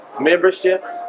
memberships